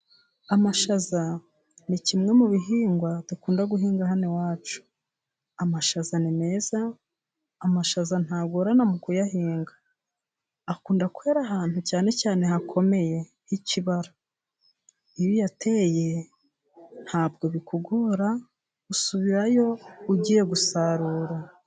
Amashaza ni kimwe mu bihingwa dukunda guhinga hano iwacu. Amashaza ni meza， amashaza ntagorana mu kuyahinga， akunda kwera ahantu cyane cyane hakomeye， h'ikibara. Iyo uyateye ntabwo bikugora，usubirayo ugiye gusarura.